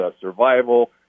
survival